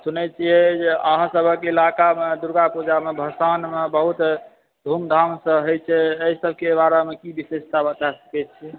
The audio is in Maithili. सुनै छिए जे अहाँसभके इलाकामे दुर्गा पूजामे भसानमे बहुत धूमधामसँ होइ छै एहिसभके बारेमे की विशेषता बता सकै छिए